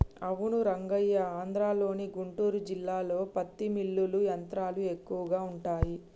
అవును రంగయ్య ఆంధ్రలోని గుంటూరు జిల్లాలో పత్తి మిల్లులు యంత్రాలు ఎక్కువగా ఉంటాయి